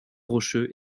rocheux